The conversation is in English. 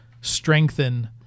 strengthen